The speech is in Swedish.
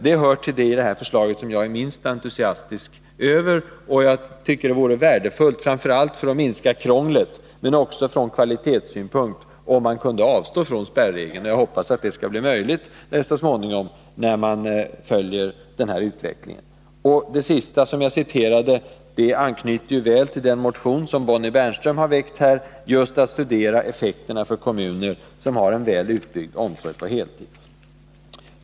Det hör till den delen av förslaget som jag är minst entusiastisk över, och jag tycker det vore värdefullt, framför allt för att minska krånglet men också från kvalitetssynpunkt, om man skulle kunna avstå från spärregeln. Jag hoppas att det skall bli möjligt så småningom när man följer utvecklingen. Det sista som jag citerade knyter ju väl an till den motion som Bonnie Bernström har väckt om att studera effekterna för kommuner som har en väl utbyggd barnomsorg på heltid.